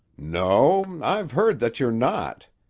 no. i've heard that you're not.